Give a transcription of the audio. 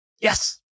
Yes